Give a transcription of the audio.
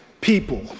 people